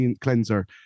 cleanser